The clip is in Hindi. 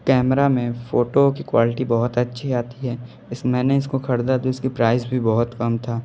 कैमरा में फ़ोटो की क्वालिटी बहुत अच्छी आती है इस मैंने इस को ख़रीदा तो इस का प्राइज़ भी बहुत कम था